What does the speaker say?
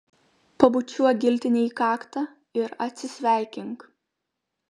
pabučiuok giltinei į kaktą ir atsisveikink